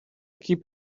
keep